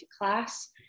class